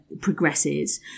progresses